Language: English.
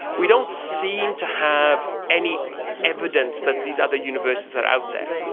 we don't seem to have any evidence that these other universes are out there,